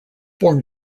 born